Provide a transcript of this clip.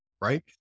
right